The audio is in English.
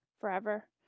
forever